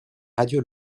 radio